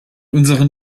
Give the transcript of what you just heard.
unseren